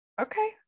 Okay